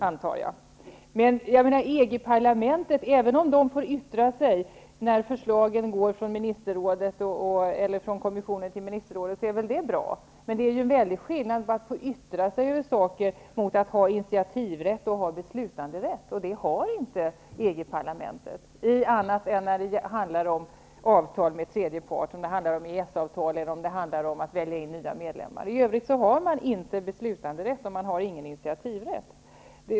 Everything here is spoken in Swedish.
Det är bra att man i EG-parlamentet får yttra sig i samband med att förslag går från kommissionen till ministerrådet. Men det är stor skillnad mellan rätten att få yttra sig över saker å ena sidan och detta med initiativrätt och beslutanderätt å andra sidan -- rättigheter som EG-parlamentet inte har annat än när det handlar om avtal med tredje part, om EES-avtal eller om inval av nya medlemmar. Man har, som sagt, varken beslutanderätt eller initiativrätt.